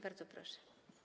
Bardzo proszę.